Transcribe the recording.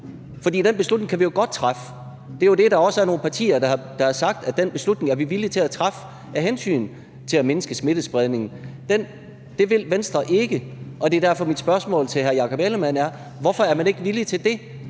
fordi den beslutning kan vi jo godt træffe. Det er jo det, der også er nogle partier der har sagt at vi er villige til at træffe af hensyn til at mindske smittespredningen. Det vil Venstre ikke, og det er derfor, mit spørgsmål til hr. Jakob Ellemann-Jensen er: Hvorfor er man ikke villige til det?